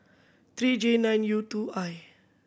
three J nine U two I